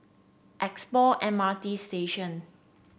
Expo M R T Station